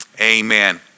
amen